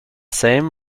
same